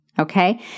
Okay